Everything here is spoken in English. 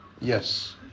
Yes